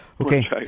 Okay